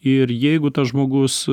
ir jeigu tas žmogus